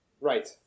Right